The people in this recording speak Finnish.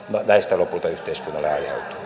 näistä lopulta yhteiskunnalle